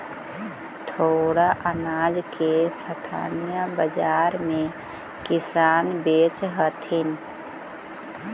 थोडा अनाज के स्थानीय बाजार में किसान बेचऽ हथिन